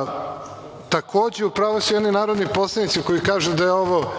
zakona. Takođe, u pravu su i oni narodni poslanici koji kažu da je ovo